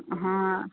હા